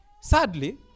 sadly